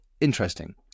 interesting